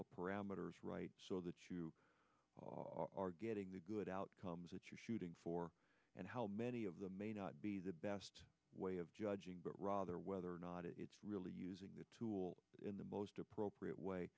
the parameters right so that you are getting the good outcomes that you're shooting for and how many of them may not be the best way of judging but rather whether or not it really using the tool in the most appropriate way